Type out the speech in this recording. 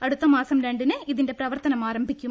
അടുത്ത മാസം രണ്ടിന് ഇതിന്റെ പ്രവർത്തനം ആരംഭിക്കും